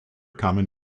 common